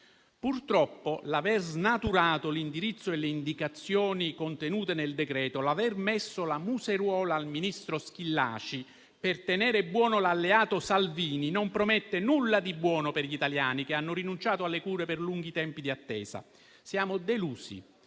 Purtroppo, l'aver snaturato l'indirizzo e le indicazioni contenute nel decreto-legge e l'aver messo la museruola al ministro Schillaci per tenere buono l'alleato Salvini non promettono nulla di buono per gli italiani, che hanno rinunciato alle cure per lunghi tempi di attesa. Siamo delusi